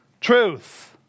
truth